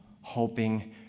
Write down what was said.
hoping